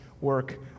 work